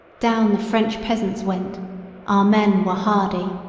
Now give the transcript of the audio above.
down the french peasants went our men were hardy.